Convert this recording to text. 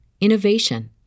innovation